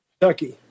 Kentucky